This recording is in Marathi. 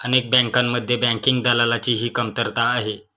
अनेक बँकांमध्ये बँकिंग दलालाची ही कमतरता आहे